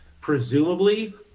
Presumably